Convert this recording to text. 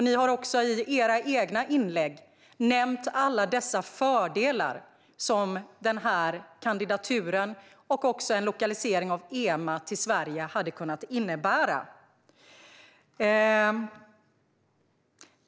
Ni har också i era egna inlägg nämnt alla fördelar som kandidaturen och en lokalisering av EMA till Sverige hade kunnat innebära.